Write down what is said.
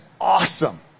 awesome